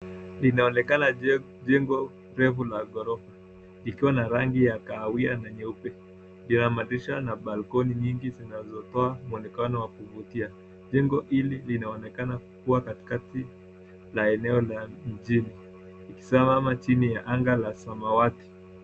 Linaonekana jengo refu la ghorofa, likiwa na rangi ya kahawia na nyeupe, juu ya madirisha na balkoni nyingi zinazotoa mwonekana wa kuvutia. Jengo hii linaoenakana kukua katikati la eneo la mjini, likisimama chini ya anga la samawati.